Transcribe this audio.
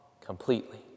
completely